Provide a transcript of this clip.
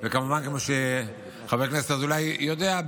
כמובן כמו שחבר הכנסת אזולאי יודע,